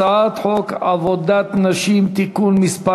הצעת חוק עבודת נשים (תיקון מס'